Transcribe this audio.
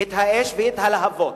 את האש ואת הלהבות.